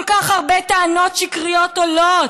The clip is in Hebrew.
כל כך הרבה טענות שקריות עולות: